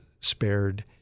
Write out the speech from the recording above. spared